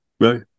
Right